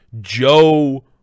Joe